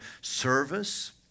service